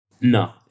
No